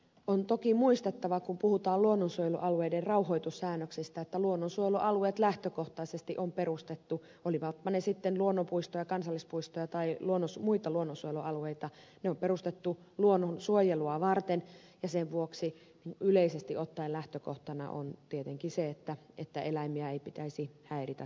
on toki muistettava kun puhutaan luonnonsuojelualueiden rauhoitussäännöksestä että luonnonsuojelualueet lähtökohtaisesti on perustettu olivatpa ne sitten luonnonpuistoja kansallispuistoja tai muita luonnonsuojelualueita luonnon suojelua varten ja sen vuoksi yleisesti ottaen lähtökohtana on tietenkin se että eläimiä ei pitäisi häiritä tai tappaa